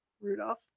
Rudolph